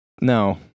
No